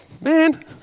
man